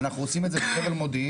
אנחנו רוצים את כל זה בחבל מודיעין.